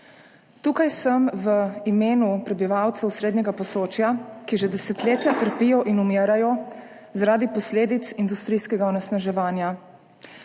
Tukaj sem v imenu prebivalcev srednjega Posočja, ki že desetletja trpijo in umirajo zaradi posledic industrijskega onesnaževanja.